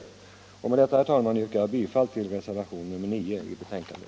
Med detta, herr talman, vill jag yrka bifall till reservationen nr 9 i betänkandet.